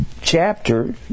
chapter